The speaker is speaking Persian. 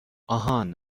آهان